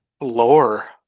lore